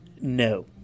No